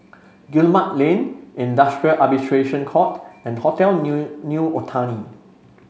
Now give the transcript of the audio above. Guillemard Lane Industrial Arbitration Court and Hotel New New Otani